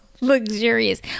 luxurious